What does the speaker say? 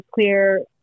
clear